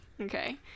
Okay